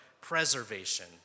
preservation